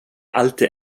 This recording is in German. alte